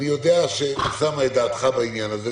אני יודע מה דעתך בעניין הזה,